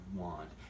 want